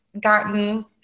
gotten